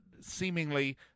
seemingly